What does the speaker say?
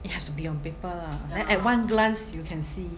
it has to be on paper lah then at one glance you can see